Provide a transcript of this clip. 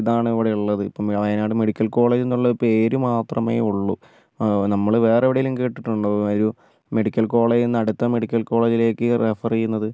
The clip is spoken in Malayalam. ഇതാണ് ഇവിടെ ഉള്ളത് ഇപ്പം വയനാട് മെഡിക്കൽ കോളേജ്ന്നുള്ള ഒരു പേര് മാത്രമേ ഉള്ളു നമ്മൾ വേറെ എവിടെയെങ്കിലും കേട്ടിട്ടുണ്ടോ ഒരു മെഡിക്കൽ കോളേജിൽ നിന്ന് അടുത്ത മെഡിക്കൽ കോളേജിലേക്ക് റഫറ് ചെയ്യുന്നത്